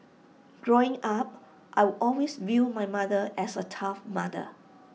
growing up I'd always viewed my mother as A tough mother